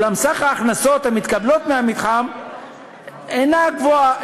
אולם סך ההכנסות המתקבלות מהמתחם אינו גבוה,